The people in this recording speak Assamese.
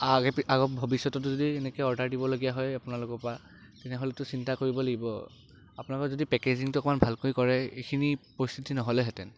ভৱিষ্যতো যদি এনেকে অৰ্ডাৰ দিবলগীয়া হয় আপোনালোকৰপা তেনেহ'লেতো চিন্তা কৰিব লাগিব আপোনালোকৰ যদি পেকেজিংটো ভালকৈ কৰে এইখিনি পৰিস্থিতি নহ'লে হেতেন